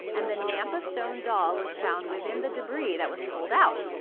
and the nampa stone doll was found within the debris that was pulled out.